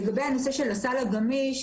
לגבי הנושא של הסל הגמיש,